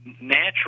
natural